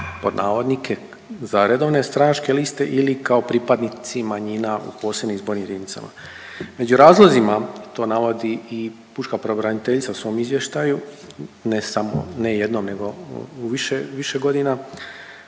pod navodnike za redovne stranačke liste ili kao pripadnici manjina u posebnim izbornim jedinicama. Među razlozima, to navodi i pučka pravobraniteljica u svom izvještaju, ne samo, ne jednom nego u više, više godina,